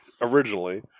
originally